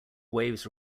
waves